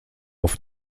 auf